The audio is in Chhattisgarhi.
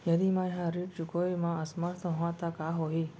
यदि मैं ह ऋण चुकोय म असमर्थ होहा त का होही?